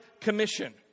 Commission